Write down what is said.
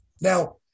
Now